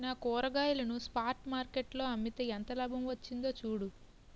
నా కూరగాయలను spot market లో అమ్మితే ఎంత లాభం వచ్చిందో చూడు